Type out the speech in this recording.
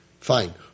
fine